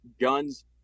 guns